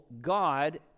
God